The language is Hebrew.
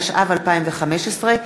התשע"ו 2015,